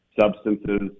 substances